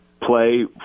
play